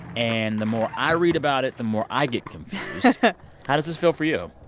and the more i read about it, the more i get confused how does this feel for you?